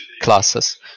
classes